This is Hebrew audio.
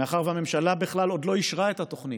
מאחר שהממשלה בכלל עוד לא אישרה את התוכנית,